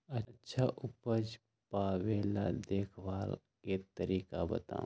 अच्छा उपज पावेला देखभाल के तरीका बताऊ?